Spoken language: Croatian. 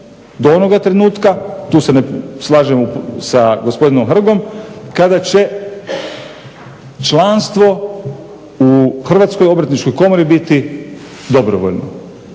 do onoga trenutka, tu se ne slažem sa gospodinom Hrgom, kada će članstvo u Hrvatskoj obrtničkoj komori biti dobrovoljno.